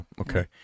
Okay